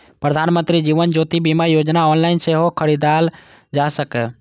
प्रधानमंत्री जीवन ज्योति बीमा योजना ऑनलाइन सेहो खरीदल जा सकैए